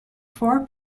four